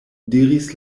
diris